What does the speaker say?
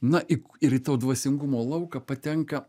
na į ir į to dvasingumo lauką patenka